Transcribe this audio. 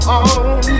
on